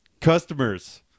Customers